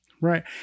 Right